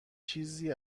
چیزی